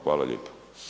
Hvala lijepo.